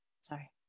sorry